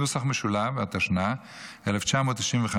התשנ"ה 1995,